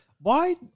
Why-